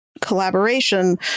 collaboration